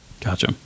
Gotcha